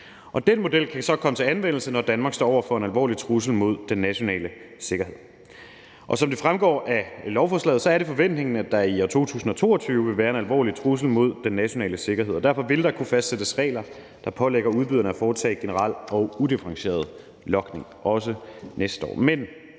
Den model kan så komme i anvendelse, når Danmark står over for en alvorlig trussel mod den nationale sikkerhed. Som det fremgår af lovforslaget, er det forventningen, at der i år 2022 vil være en alvorlig trussel mod den nationale sikkerhed, og derfor vil der kunne fastsættes regler, der pålægger udbyderne at foretage generel og udifferentieret logning, også næste år.